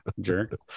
Jerk